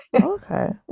okay